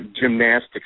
gymnastics